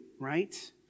right